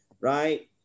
right